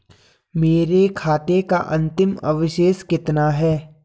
मेरे खाते का अंतिम अवशेष कितना है?